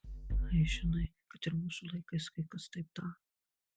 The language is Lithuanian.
ai žinai kad ir mūsų laikais kai kas taip daro